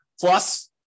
Plus